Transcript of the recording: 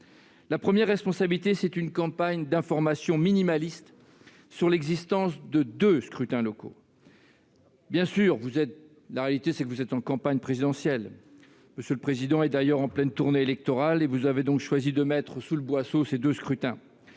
La première responsabilité est celle d'une campagne d'information minimaliste sur l'existence de deux scrutins locaux. Bien sûr, la réalité, c'est que vous êtes en campagne présidentielle. M. le Président étant en pleine tournée électorale, vous avez choisi de mettre ces deux scrutins